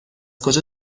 کجا